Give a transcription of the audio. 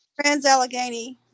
Trans-Allegheny